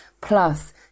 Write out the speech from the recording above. plus